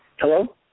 Hello